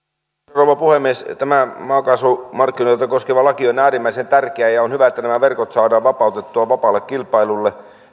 rouva puhemies tämä maakaasumarkkinoita koskeva laki on äärimmäisen tärkeä ja ja on hyvä että nämä verkot saadaan vapautettua vapaalle kilpailulle